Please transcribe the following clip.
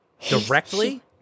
directly